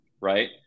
right